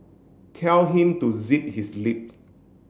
tell him to zip his lip